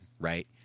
right